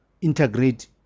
integrate